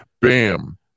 bam